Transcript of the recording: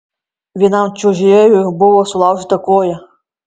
vienam čiuožėjui buvo sulaužyta koja